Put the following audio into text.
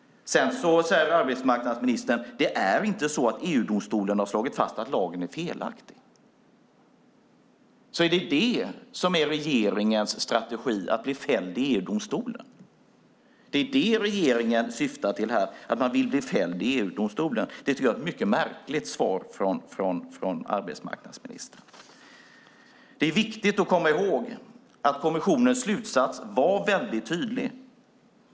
Sedan säger arbetsmarknadsministern att EU-domstolen inte har slagit fast att lagen är felaktig. Jaså, det är regeringens strategi att bli fälld i EU-domstolen! Det är detta regeringen syftar till här: Man vill bli fälld i EU-domstolen! Det tycker jag är ett mycket märkligt svar från arbetsmarknadsministern. Det är viktigt att komma ihåg att kommissionens slutsats var väldigt tydlig.